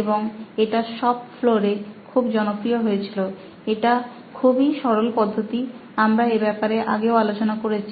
এবং এটা সব ফ্লোরে খুবই জনপ্রিয় হয়েছিল এটা খুবই সরল পদ্ধতি আমরা এ ব্যাপারে আগেও আলোচনা করেছি